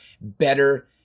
better